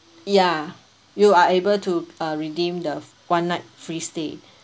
yeah you are able to uh redeem the one night free stay